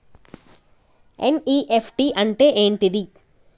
NEFT అంటే ఏంటిది?